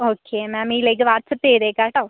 okay ma'am ഇതിലേക്ക് WhatsApp ചെയ്തേക്കാം കെട്ടോ